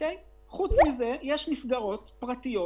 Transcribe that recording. במסגרות הפרטיות